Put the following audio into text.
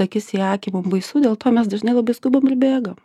akis į akį mum baisu dėl to mes dažnai labai skubam ir bėgam